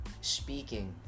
speaking